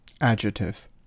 adjective